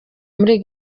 muri